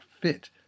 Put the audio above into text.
fit